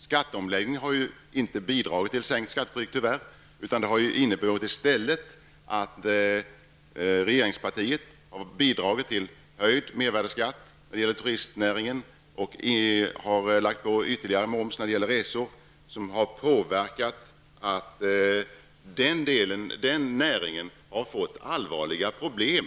Skatteomläggningen har tyvärr inte bidragit till ett sänkt skattetryck, utan den har i stället inneburit att regeringspartiet har höjt mervärdeskatten för turistnäringen och lagt på ytterligare moms på resor, något som lett till att denna näring har fått allvarliga problem.